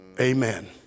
Amen